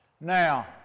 Now